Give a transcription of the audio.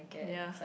ya